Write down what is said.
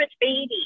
baby